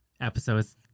episode's